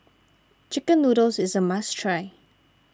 Chicken Noodles is a must try